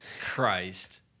Christ